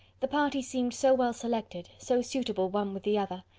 the party seemed so well selected, so suitable one with the other.